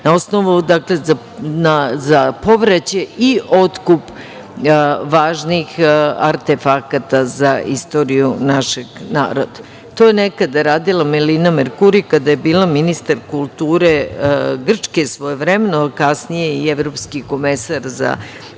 nivou, za povraćaj i otkup važnih artefakata za istoriju našeg naroda. To je nekada radila Melina Merkuri kada je bila ministar kulture Grčke, svojevremeno, kasnije i evropski komesar za kulturu.